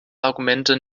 argumente